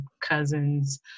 cousins